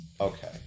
Okay